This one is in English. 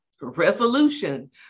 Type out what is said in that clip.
resolution